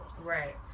Right